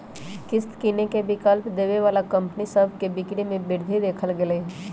किस्त किनेके विकल्प देबऐ बला कंपनि सभ के बिक्री में वृद्धि देखल गेल हइ